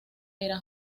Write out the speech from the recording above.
era